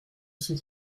suis